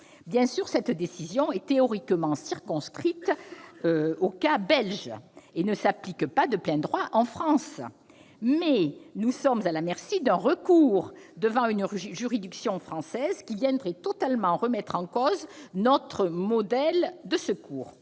Bien sûr, cette décision est théoriquement circonscrite au cas belge et ne s'applique pas de plein droit en France. Toutefois, nous sommes à la merci d'un recours ... Absolument !... devant une juridiction française, qui viendrait totalement remettre en cause notre modèle de secours.